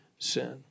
Sin